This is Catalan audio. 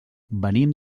venim